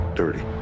dirty